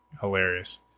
hilarious